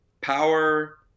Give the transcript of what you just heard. power